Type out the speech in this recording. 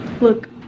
Look